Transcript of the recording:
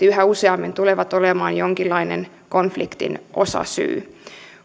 yhä useammin todennäköisesti tulevat olemaan jonkinlainen konfliktin osasyy